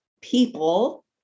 people